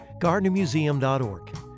Gardnermuseum.org